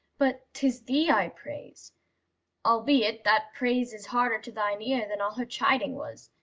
but tis thee i praise albeit that praise is harder to thine ear than all her chiding was,